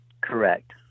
correct